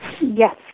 Yes